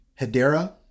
Hedera